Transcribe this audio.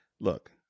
look